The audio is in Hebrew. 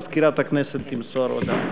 מזכירת הכנסת תמסור הודעה.